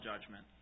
judgment